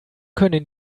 können